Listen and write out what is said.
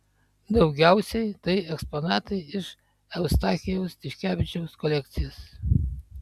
daugiausiai tai eksponatai iš eustachijaus tiškevičiaus kolekcijos